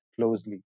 closely